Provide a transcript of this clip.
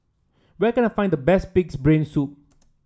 where can I find the best pig's brain soup